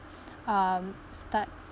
um start